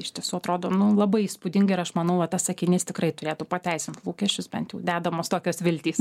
iš tiesų atrodo labai įspūdingai ir aš manau va tas sakinys tikrai turėtų pateisint lūkesčius bent jau dedamos tokios viltys